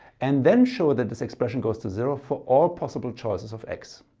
and then show that this expression goes to zero for all possible choices of x.